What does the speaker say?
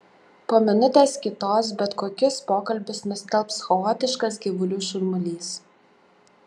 po minutės kitos bet kokius pokalbius nustelbs chaotiškas gyvulių šurmulys